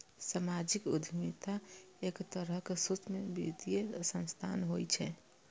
सामाजिक उद्यमिता एक तरहक सूक्ष्म वित्तीय संस्थान होइ छै